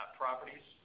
properties